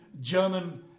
German